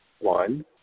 one